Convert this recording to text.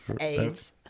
AIDS